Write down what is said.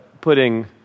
putting